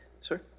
sir